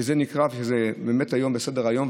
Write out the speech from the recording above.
שזה באמת בסדר-היום,